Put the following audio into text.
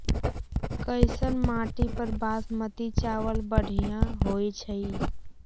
कैसन माटी पर बासमती चावल बढ़िया होई छई?